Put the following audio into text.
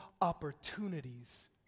opportunities